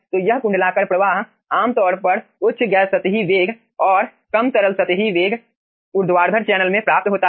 तो यह कुंडलाकार प्रवाह आमतौर पर उच्च गैस सतही वेग और कम तरल सतही वेग ऊर्ध्वाधर चैनल में प्राप्त होता है